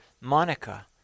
Monica